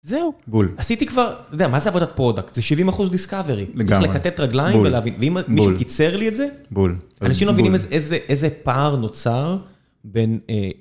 זהו, עשיתי כבר, אתה יודע, מה זה עבודת פרודקט? זה 70 אחוז דיסקאברי. לגמרי, צריך לכתת רגליים בול ולהביא בול. ומי שקיצר לי את זה, בול. אנשים לא מבינים איזה פער נוצר בין...